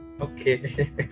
okay